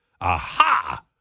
Aha